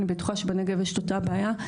אני בטוחה שבנגב יש את אותה בעיה.